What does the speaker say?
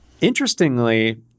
Interestingly